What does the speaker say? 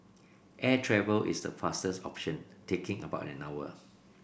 air travel is the fastest option taking about an hour